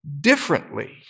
differently